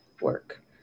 work